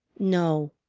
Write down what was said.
no,